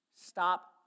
stop